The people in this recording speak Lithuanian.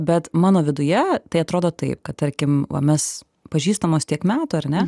bet mano viduje tai atrodo taip kad tarkim va mes pažįstamos tiek metų ar ne